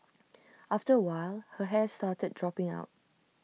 after while her hair started dropping out